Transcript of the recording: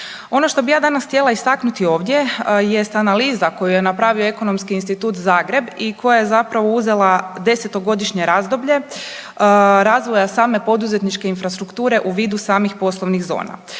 Ono što bi ja danas htjela istaknuti ovdje jest analiza koju je napravio Ekonomski institut Zagreb i koja je zapravo uzela 10-to godišnje razdoblje razvoja same poduzetničke infrastrukture u vidu samih poslovnih zona.